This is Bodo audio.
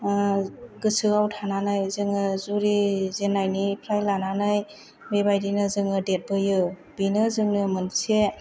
गोसायाव थानानै जोङो जुरि जेननाय निफ्राय लानानै बेबायदिनो जोङो देरबोयो बेनो जोंनो मोनसे